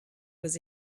was